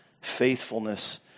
faithfulness